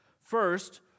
First